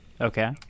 Okay